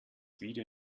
video